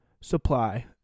supply